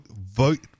vote